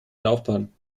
laufbahn